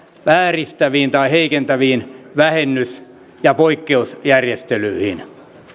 vääristäviin tai heikentäviin vähennys ja poikkeusjärjestelyihin